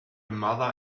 mother